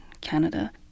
Canada